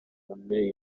kamere